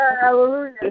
Hallelujah